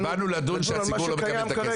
לא, באנו לדון שהציבור לא מקבל את הכסף.